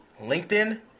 LinkedIn